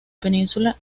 península